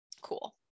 cool